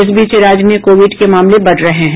इस बीच राज्य में कोविड के मामले बढ रहे हैं